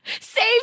Save